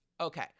Okay